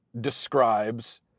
describes